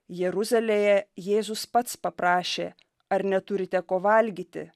jeruzalėje jėzus pats paprašė ar neturite ko valgyti